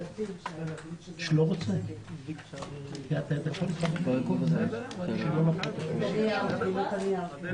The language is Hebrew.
בשעה 14:30.